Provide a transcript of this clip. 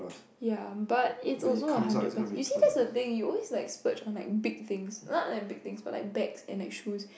ya but it's also a hundred plus you see that's the thing you always like splurge on like big things not like big things but like bags and like shoes